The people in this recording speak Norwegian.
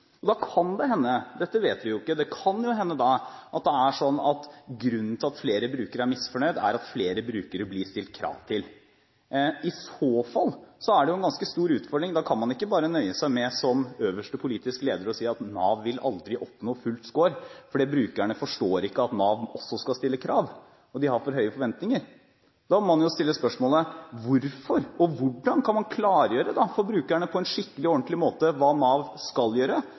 Da kan det hende – dette vet vi jo ikke – at det er sånn at grunnen til at flere brukere er misfornøyde, er at flere brukere blir stilt krav til. I så fall er det en ganske stor utfordring, for da kan man ikke bare som øverste politiske leder nøye seg med å si at Nav aldri vil oppnå full score, fordi brukerne forstår ikke at Nav også skal stille krav, og de har for høye forventninger. Da må man jo stille spørsmålet: Hvorfor – og hvordan kan man klargjøre for brukerne på en skikkelig og ordentlig måte det Nav skal gjøre,